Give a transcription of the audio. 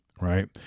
Right